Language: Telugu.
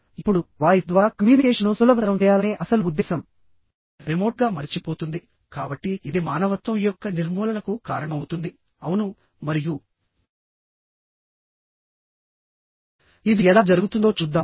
ఇప్పుడు వాయిస్ ద్వారా కమ్యూనికేషన్ను సులభతరం చేయాలనే అసలు ఉద్దేశం రిమోట్గా మరచిపోతుందికాబట్టి ఇది మానవత్వం యొక్క నిర్మూలనకు కారణమవుతుంది అవును మరియు ఇది ఎలా జరుగుతుందో చూద్దాం